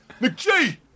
McGee